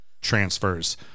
transfers